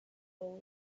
cola